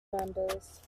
members